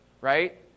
right